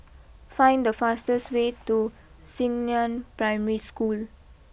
find the fastest way to Xingnan Primary School